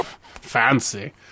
fancy